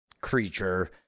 creature